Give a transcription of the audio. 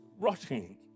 rotting